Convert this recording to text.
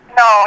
no